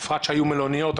בפרט שהיו מלוניות,